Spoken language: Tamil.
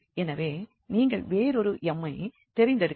எனவே நீங்கள் வேறொரு m ஐ தெரிந்தெடுக்க வேண்டும்